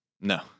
No